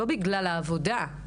לא בגלל העבודה,